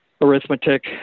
arithmetic